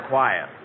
Quiet